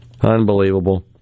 Unbelievable